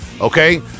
Okay